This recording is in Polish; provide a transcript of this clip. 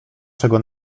czego